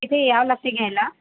तिथे यावं लागते घ्यायला